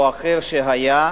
או אחר שהיה,